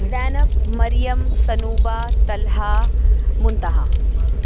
Zainab Maryam Sanoba Talha Muntaha